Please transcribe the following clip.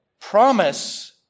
promise